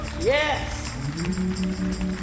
yes